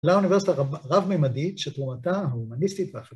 ‫לאוניברסיטה רב-מימדית ‫שתרומתה ההומניסטית והחברה.